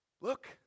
Look